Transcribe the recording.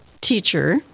teacher